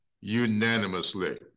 unanimously